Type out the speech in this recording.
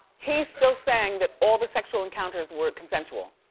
he's still saying that all the sexual encounters were consensual.